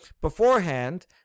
beforehand